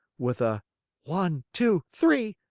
with a one, two, three!